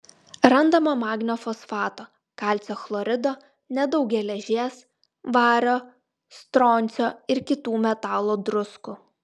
randama magnio fosfato kalcio chlorido nedaug geležies vario stroncio ir kitų metalo druskų